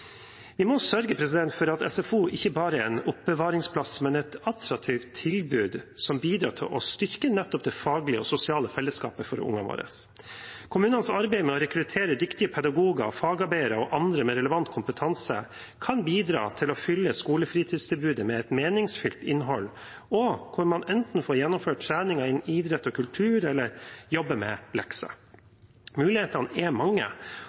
Vi må sørge for at SFO ikke bare er en oppbevaringsplass, men et attraktivt tilbud som bidrar til å styrke nettopp det faglige og sosiale fellesskapet for ungene våre. Kommunenes arbeid med å rekruttere dyktige pedagoger, fagarbeidere og andre med relevant kompetanse kan bidra til å fylle skolefritidstilbudet med et meningsfylt innhold, hvor man enten får gjennomført trening innen idrett og kultur eller får jobbe med lekser. Mulighetene er mange.